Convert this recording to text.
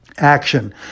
action